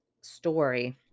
story